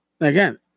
again